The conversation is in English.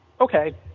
okay